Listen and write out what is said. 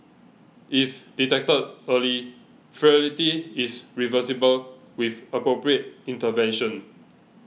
if detected early frailty is reversible with appropriate intervention